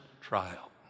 trial